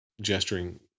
gesturing